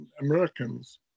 Americans